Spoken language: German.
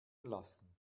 lassen